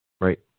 Right